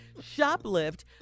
shoplift